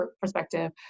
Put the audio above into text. perspective